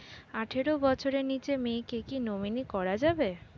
আঠারো বছরের নিচে মেয়েকে কী নমিনি করা যাবে?